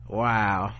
wow